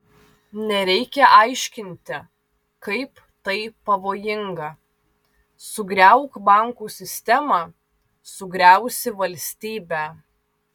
nereikia aiškinti kaip tai pavojinga sugriauk bankų sistemą sugriausi valstybę